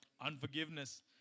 Unforgiveness